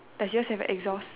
does yours have a exhaust